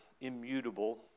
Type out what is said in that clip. immutable